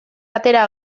atera